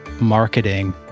marketing